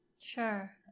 Sure